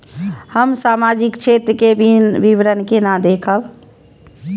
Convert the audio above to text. हम सामाजिक क्षेत्र के विवरण केना देखब?